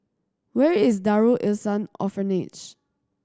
where is Darul Ihsan Orphanage